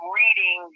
reading